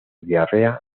diarrea